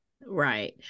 Right